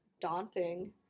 daunting